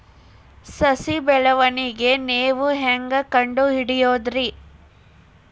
ಸಸಿ ಬೆಳವಣಿಗೆ ನೇವು ಹ್ಯಾಂಗ ಕಂಡುಹಿಡಿಯೋದರಿ?